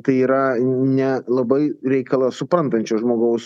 tai yra nelabai reikalą suprantančio žmogaus